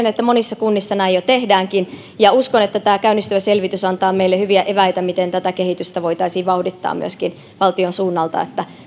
että monissa kunnissa näin jo tehdäänkin uskon että tämä käynnistyvä selvitys antaa meille hyviä eväitä miten tätä kehitystä voitaisiin vauhdittaa myöskin valtion suunnalta